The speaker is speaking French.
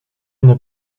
n’as